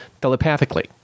telepathically